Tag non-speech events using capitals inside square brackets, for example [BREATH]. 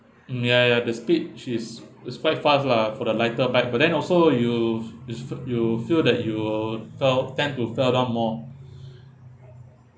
mm ya ya the speed she is is quite fast lah for the lighter bike but then also you s~ you'll feel that you'll fell tend to fell down more [BREATH]